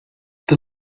the